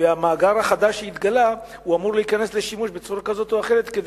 והמאגר החדש שהתגלה אמור להיכנס לשימוש בצורה כזאת או אחרת כדי